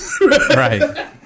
Right